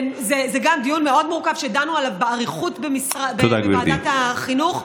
זה גם נושא מאוד מורכב שדנו בו באריכות בוועדת החינוך,